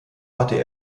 hatte